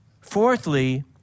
fourthly